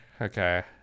okay